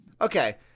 Okay